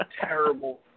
terrible